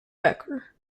becker